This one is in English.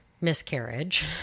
miscarriage